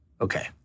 Okay